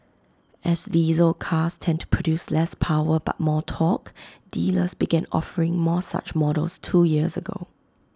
as diesel cars tend to produce less power but more torque dealers began offering more such models two years ago